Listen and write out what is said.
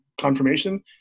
confirmation